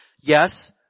yes